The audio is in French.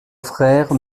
frère